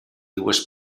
dues